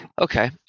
Okay